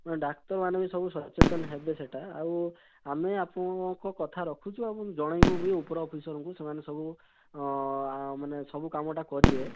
ହଁ ଡାକ୍ତରମାନେ ବି ସବୁ ସଚେତନ ହେବେ ସେଇଟା ଆଉ ଆମେ ଆପଣଙ୍କ କଥା ରଖୁଛୁ ଏବଂ ଜଣେଇବୁ ବି ଉପର ଅଫିସରଙ୍କୁ ସେମାନେ ସବୁ ଆମାନେ ସବୁ କାମଟା କରିବେ